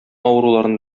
авыруларны